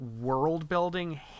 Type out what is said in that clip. world-building